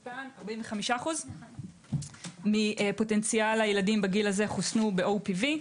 45% מפוטנציאל הילדים בגיל הזה חוסנו ב-OPV.